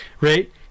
right